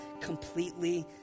completely